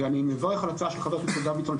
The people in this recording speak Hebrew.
ואני מברך על ההצעה של חבר הכנסת דוידסון,